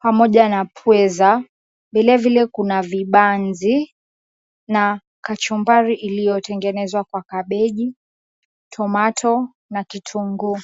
pamoja na pweza, vilevile, kuna vibanzi na kachumbari iliyotengenezwa kwa kabeji, tomato na kitunguu.